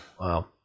Wow